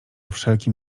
wszelkim